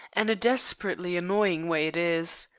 and a desperately annoying way it is.